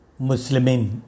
muslimin